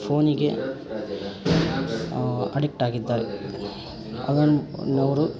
ಫೋನಿಗೆ ಅಡಿಕ್ಟಾಗಿದ್ದಾರೆ ಅದನ್ನು ಅವ್ರು